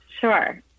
Sure